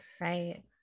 Right